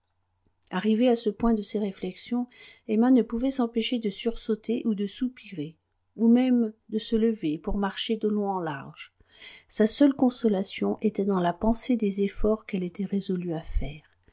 arrivée à ce point de ses réflexions emma ne pouvait s'empêcher de sursauter ou de soupirer ou même de se lever pour marcher de long en large sa seule consolation était dans la pensée des efforts qu'elle était résolue à faire